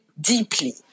deeply